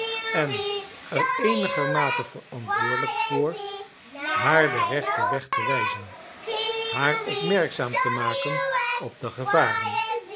en er eenigermate verantwoordelijk voor haar den rechten weg te wijzen haar opmerkzaam te maken op de gevaren